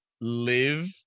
live